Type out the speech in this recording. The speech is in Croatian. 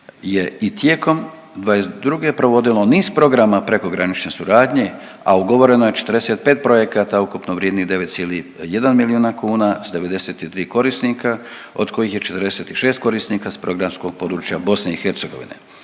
i tijekom '22. provodilo niz programa prekogranične suradnje, a ugovoreno je 45 projekata ukupno vrijednih 9,1 milijuna kuna s 93 korisnika od kojih je 46 korisnika s programskog područja BiH. Za korisnike